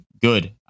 good